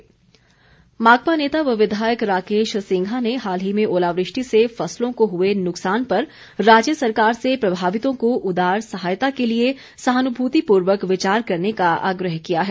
माकपा मांग माकपा नेता व विधायक राकेश सिंघा ने हाल ही में ओलावृष्टि से फसलों को हुए नुकसान पर राज्य सरकार से प्रभावितों को उदार सहायता के लिए सहानुभूतिपूर्वक विचार करने का आग्रह किया है